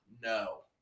No